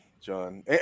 John